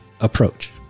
approach